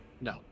No